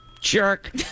jerk